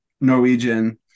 Norwegian